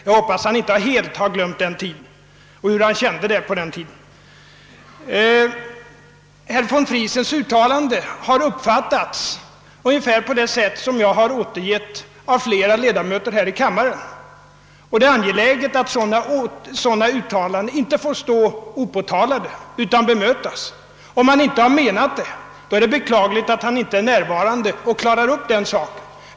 Jag hoppas att han inte helt har glömt hur han kände det på den tiden. Herr von Friesens uttalande har av flera ledamöter här i kammaren uppfattats ungefär på det sätt som jag har återgivit det. Det är angeläget att sådana uttalanden inte får stå opåtalade, utan bemöts. Om han inte menade det så som uttalandet har uppfattats, är det beklagligt att han inte är närvarande för att klara upp saken.